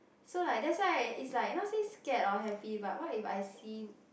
so like that's why it's like not say scared or happy but what if I see